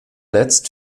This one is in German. letzt